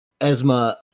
Esma